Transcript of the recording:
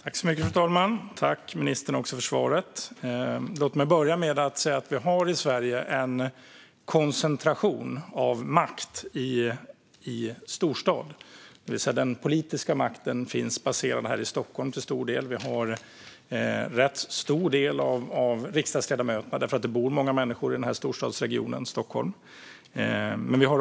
Fru talman! Jag tackar ministern för svaret. I Sverige har vi en koncentration av makt till storstaden. Den politiska makten finns till stor del i Stockholm, och många riksdagsledamöter bor i storstadsregionen Stockholm.